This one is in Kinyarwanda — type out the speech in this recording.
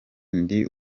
ndi